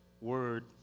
word